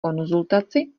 konzultaci